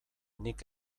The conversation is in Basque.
nik